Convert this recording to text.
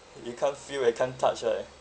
you can't feel you can't touch eh